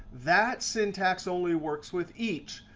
that syntax only works with each.